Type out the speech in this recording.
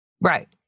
Right